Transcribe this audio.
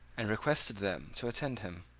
and requested them to attend him.